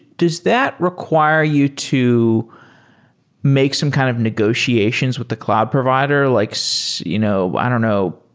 does that require you to make some kind of negotiations with the cloud provider, like so you know i don't know.